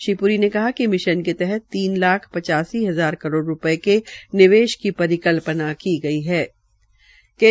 श्री प्री ने कहा कि मिशन के तहत तीन लाख पचासी हजार करोड़ रूपये का निवेश की परिकल्पना की गड् है